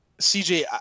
CJ